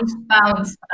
Bounce